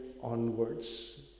onwards